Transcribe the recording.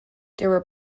were